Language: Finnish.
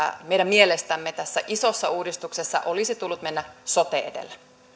meidän mielestämme tässä isossa uudistuksessa olisi tullut mennä sote edellä